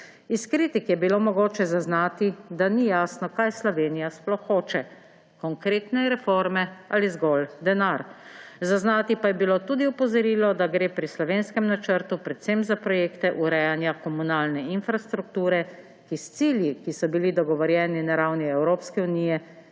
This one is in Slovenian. Iz kritik je bilo mogoče zaznati, da ni jasno, kaj Slovenija sploh hoče: konkretne reforme ali zgolj denar. Zaznati pa je bilo tudi opozorilo, da gre pri slovenskem načrtu predvsem za projekte urejanja komunalne infrastrukture, ki s cilji, ki so bili dogovorjeni na ravni EU, nimajo